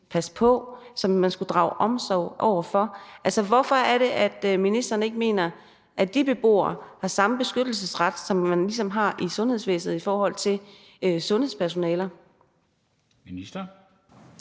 passe på; som man skulle drage omsorg over for. Altså, hvorfor er det, at ministeren ikke mener, at de beboere har samme beskyttelsesret, som man har i sundhedsvæsenet i forhold til sundhedspersonalet?